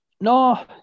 No